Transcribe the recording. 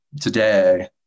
today